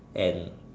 and